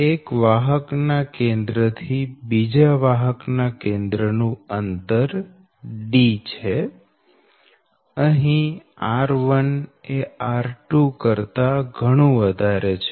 એક વાહક ના કેન્દ્ર થી બીજા વાહક ના કેન્દ્ર નું અંતર D છે જે r1 અને r2 કરતા ઘણુ વધારે છે